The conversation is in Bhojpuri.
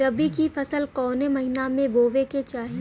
रबी की फसल कौने महिना में बोवे के चाही?